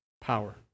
power